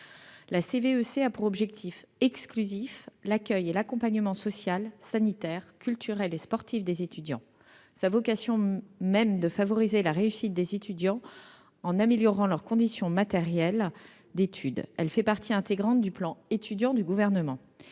La CVEC a pour objet exclusif l'accueil et l'accompagnement social, sanitaire, culturel et sportif des étudiants. Sa vocation même est de favoriser la réussite des étudiants en améliorant leurs conditions matérielles d'études. Elle fait partie intégrante du plan Étudiant du Gouvernement.